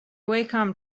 wacom